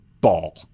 ball